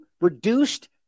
reduced